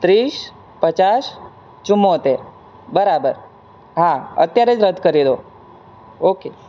ત્રીસ પચાસ ચુંમોતેર બરાબર હા અત્યારે જ રદ કરી દો ઓકે